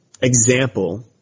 example